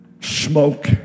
Smoke